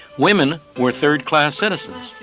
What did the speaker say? women were third-class citizens.